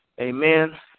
amen